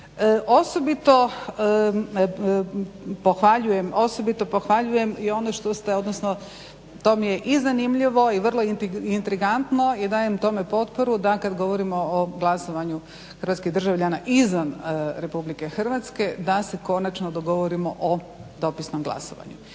osobito pohvaljujem i ono što ste, odnosno to mi je i zanimljivo i vrlo intrigantno ja dajem tome potporu dan kad govorimo o glasanju hrvatskih državljana izvan RH da se konačno dogovorimo o dopisnom glasovanju.